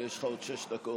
אבל יש לך עוד שש דקות.